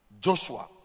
Joshua